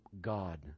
God